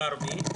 הבחירות,